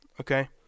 Okay